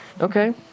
Okay